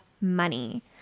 money